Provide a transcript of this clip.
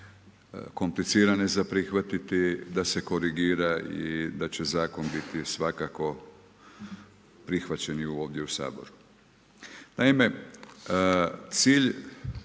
komplicirane za prihvatiti da se korigira i da će zakon biti svakako prihvaćen i ovdje u Saboru. Naime cilj